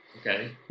Okay